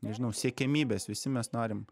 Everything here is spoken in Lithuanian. nežinau siekiamybės visi mes norim